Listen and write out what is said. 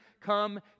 come